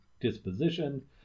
disposition